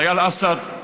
אייל אסעד,